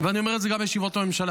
ואני אומר את זה גם בישיבות הממשלה.